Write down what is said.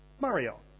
Mario